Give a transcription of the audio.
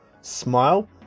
smile